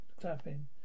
clapping